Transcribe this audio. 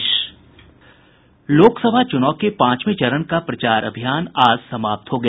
लोकसभा चुनाव के पांचवे चरण का प्रचार अभियान आज समाप्त हो गया